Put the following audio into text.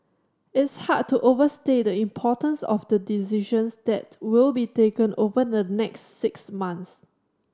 it's hard to overstate the importance of the decisions that will be taken over the next six months